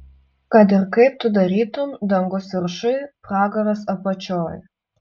kad ir kaip tu darytum dangus viršuj pragaras apačioj